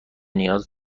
نیاز